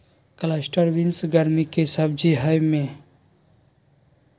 cluster beans गर्मि के सब्जी हइ ई रक्त शर्करा के स्तर के नियंत्रित करे में मदद करो हइ